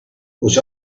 was